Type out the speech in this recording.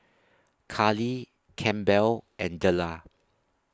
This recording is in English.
Karli Campbell and Dellar